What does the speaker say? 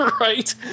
Right